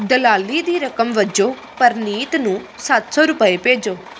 ਦਲਾਲੀ ਦੀ ਰਕਮ ਵਜੋਂ ਪ੍ਰਨੀਤ ਨੂੰ ਸੱਤ ਸੌ ਰੁਪਏ ਭੇਜੋ